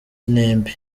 nimbi